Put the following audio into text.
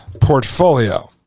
portfolio